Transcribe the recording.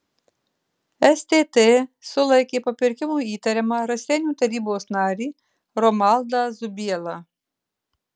stt sulaikė papirkimu įtariamą raseinių tarybos narį romaldą zubielą